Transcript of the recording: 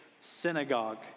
synagogue